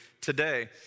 today